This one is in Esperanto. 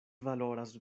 valoras